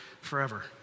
forever